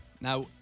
Now